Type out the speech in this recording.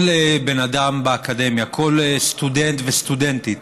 כל בן אדם באקדמיה וכל סטודנט וסטודנטית